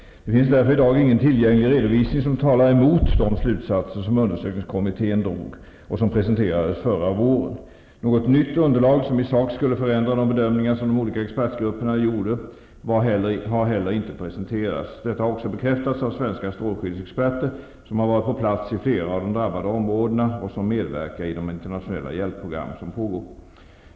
Det finns därför i dag ingen tillgänglig redovisning som talar emot de slutsatser som undersökningskommittén drog och som presenterades förra våren. Något nytt underlag som i sak skulle förändra de bedömningar som de olika expertgrupperna gjorde har heller inte presenterats. Detta har också bekräftats av svenska strålskyddsexperter som har varit på plats i flera av de drabbade områdena och som medverkar i de internationella hjälpprogram som pågår.